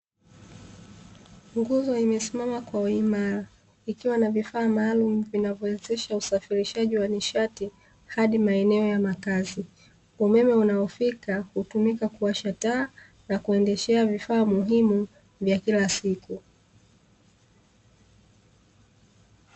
Nguzo imesimama kwa uimara ikiwa na vifaa maalumu vinavyowezesha usafirishaji wa nishati hadi maeneo ya makazi. Umeme unaofika hutumika kuwasha taa na kuendeshea vifaa muhimu vya kila siku.